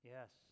Yes